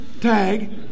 tag